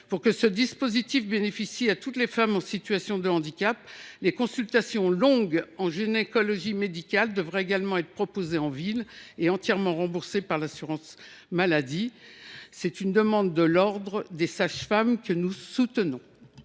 Pour que ce dispositif bénéficie à toutes les femmes en situation de handicap, les consultations longues en gynécologie médicale devraient également être proposées en ville et être intégralement remboursées par l’assurance maladie. Je précise qu’il s’agit d’une demande du Conseil national de l’ordre des sages femmes, que nous soutenons.